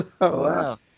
Wow